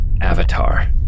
avatar